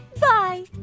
Bye